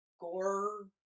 gore